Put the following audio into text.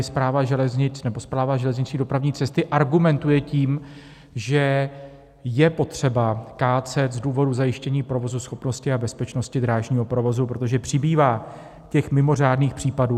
Správa železnic nebo Správa železniční dopravní cesty argumentuje tím, že je potřeba kácet z důvodu zajištění provozuschopnosti a bezpečnosti drážního provozu, protože přibývá mimořádných případů.